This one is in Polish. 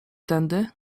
tędy